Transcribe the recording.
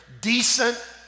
decent